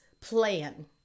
plan